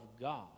God